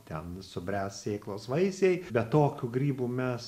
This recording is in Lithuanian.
ten subręs sėklos vaisiai bet tokių grybų mes